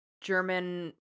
german